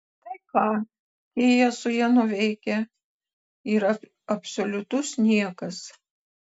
tai ką kia su ja nuveikia yra absoliutus niekas